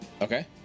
Okay